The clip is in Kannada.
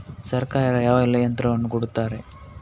ಸರ್ಕಾರ ಯಾವೆಲ್ಲಾ ಯಂತ್ರವನ್ನು ಕೊಡುತ್ತಾರೆ?